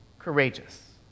courageous